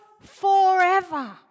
forever